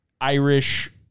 Irish